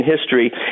history